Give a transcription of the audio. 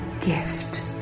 gift